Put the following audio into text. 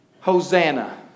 Hosanna